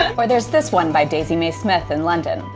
or there's this one by, daisy may smith in london.